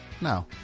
No